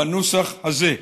בנוסח הזה: